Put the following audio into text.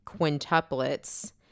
quintuplets